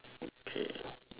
okay